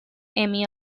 emmy